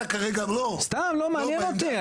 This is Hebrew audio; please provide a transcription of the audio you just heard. אתה כרגע --- סתם, לא, מעניין אותי.